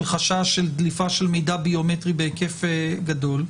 חשש של דליפה של מידע ביומטרי בהיקף גדול?